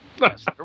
Yes